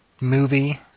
movie